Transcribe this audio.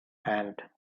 hand